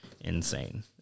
insane